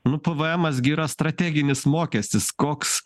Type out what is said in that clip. nu pvmas gi yra strateginis mokestis koks